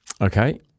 Okay